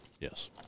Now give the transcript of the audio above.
Yes